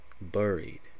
buried